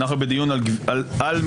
אנחנו בדיון על מדיניות.